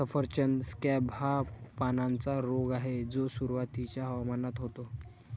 सफरचंद स्कॅब हा पानांचा रोग आहे जो सुरुवातीच्या हवामानात होतो